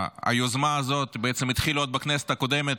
היוזמה הזאת התחילה עוד בכנסת הקודמת,